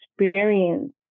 experience